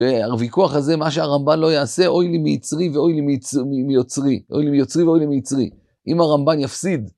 והוויכוח הזה, מה שהרמב"ן לא יעשה, אוי לי מייצרי ואוי לי מיוצרי, אוי לי מיוצרי ואוי לי מייצרי. אם הרמב"ן יפסיד...